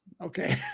Okay